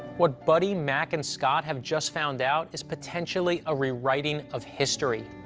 what buddy, mac and scott have just found out is potentially a rewriting of history.